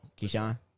Keyshawn